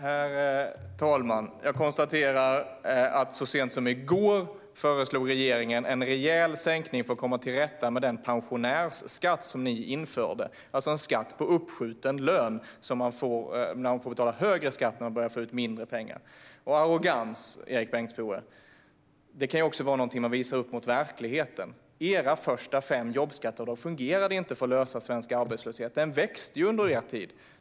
Herr talman! Jag konstaterar att så sent som i går föreslog regeringen en rejäl sänkning för att komma till rätta med den pensionärsskatt som ni införde. Det är alltså en skatt på uppskjuten lön - man får börja betala högre skatt när man börjar få ut mindre pengar. Arrogans, Erik Bengtzboe, kan också vara något man visar mot verkligheten. Era första fem jobbskattavdrag fungerade inte för att lösa den svenska arbetslösheten. Den växte under er tid.